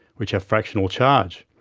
which have fractional charge.